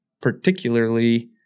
particularly